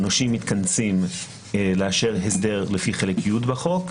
הנושים מתכנסים לאשר הסדר לפי חלק י' בחוק.